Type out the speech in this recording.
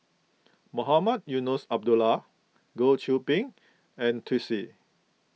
Mohamed Eunos Abdullah Goh Qiu Bin and Twisstii